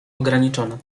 ograniczona